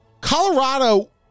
Colorado